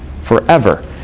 forever